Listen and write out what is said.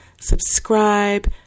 subscribe